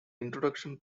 introduction